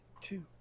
two